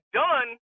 done